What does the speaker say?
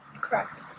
Correct